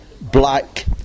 black